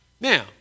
Now